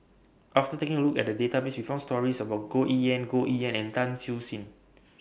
after taking A Look At The Database We found stories about Goh Yihan Goh Yihan and Tan Siew Sin